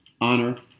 honor